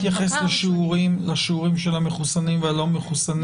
בהתייחס לשיעורים של המחוסנים והלא מחוסנים.